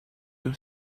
your